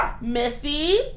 Missy